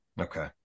Okay